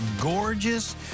gorgeous